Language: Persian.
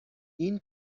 این